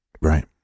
Right